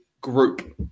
group